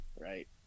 right